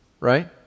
Right